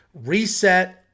reset